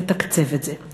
לתקצב את זה.